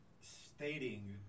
stating